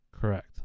Correct